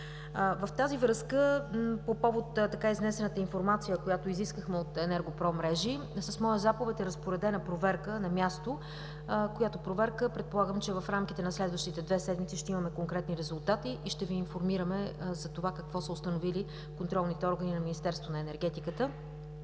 В тази връзка по повод изнесената информация, която изискахме от „ЕНЕРГО-ПРО Мрежи“, с моя заповед е разпоредена проверка на място, за която предполагам, че в рамките на следващите две седмици ще имаме конкретни резултати и ще Ви информираме какво са установили контролните органи на Министерството на енергетиката.